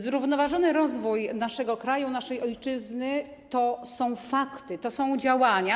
Zrównoważony rozwój naszego kraju, naszej ojczyzny to są fakty, to są działania.